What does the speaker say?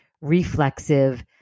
reflexive